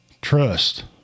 trust